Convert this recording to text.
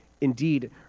Indeed